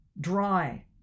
dry